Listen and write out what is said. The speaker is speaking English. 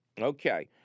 Okay